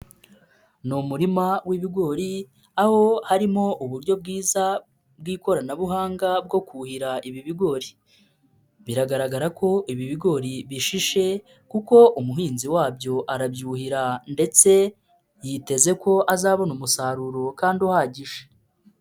Ni umurima w'ibigori, aho harimo uburyo bwiza bw'ikoranabuhanga bwo kuhira ibi bigori, biragaragara ko ibi bigori bishishe kuko umuhinzi wabyo arabyuhira ndetse yiteze ko azabona umusaruro kandi uhagije.